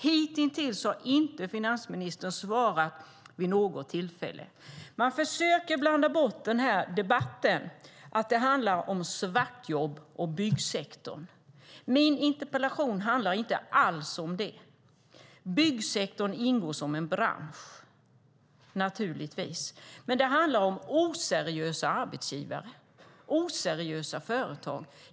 Hittills har finansministern inte svarat vid något tillfälle. Man försöker blanda bort debatten - att det handlar om svartjobb och byggsektorn. Men min interpellation handlar inte alls om det. Byggsektorn ingår naturligtvis som en bransch, men det handlar om oseriösa arbetsgivare och oseriösa företag.